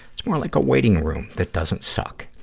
it's more like a waiting room that doesn't suck.